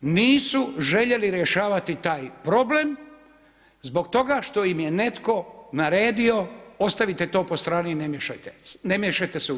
Nisu željeli rješavati taj problem, zbog toga šta im je netko naredio, ostavite to po strani i ne miješajte se u to.